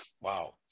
wow